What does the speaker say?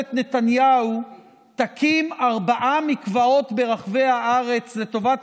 ממשלת נתניהו תקים ארבעה מקוואות ברחבי הארץ לטובת